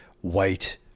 white